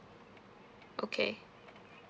okay